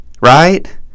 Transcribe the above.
right